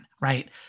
Right